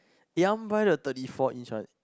eh I want buy the thirty four inch one